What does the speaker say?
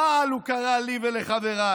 רעל, הוא קרא לי ולחבריי.